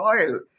oil